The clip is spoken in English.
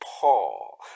Paul